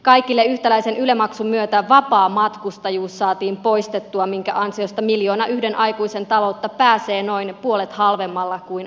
kaikille yhtäläisen yle maksun myötä vapaamatkustajuus saatiin poistettua minkä ansiosta miljoona yhden aikuisen taloutta pääsee noin puolet halvemmalla kuin aikaisemmin